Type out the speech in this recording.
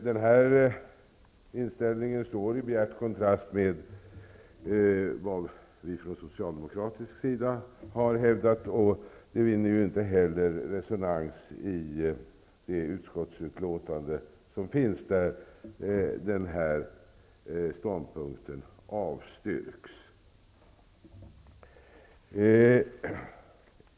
Denna inställning står i bjärt kontrast till vad vi socialdemokrater har hävdat. Det vinner inte heller resonans i det utskottsutlåtande som finns. Där avstyrks den här ståndpunkten.